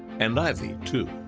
and ivy too.